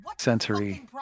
sensory